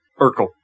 Urkel